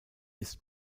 ist